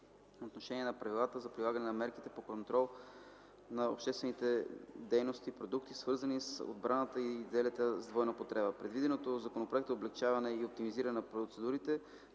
отношение на правилата за прилагане на мерките по контрола на дейностите с продукти, свързани с отбраната, и изделия с двойна употреба. Предвиденото в законопроекта облекчаване и оптимизиране на процедурите